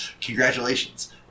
Congratulations